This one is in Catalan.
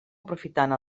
aprofitant